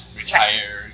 retire